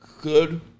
good